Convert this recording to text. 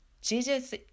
Jesus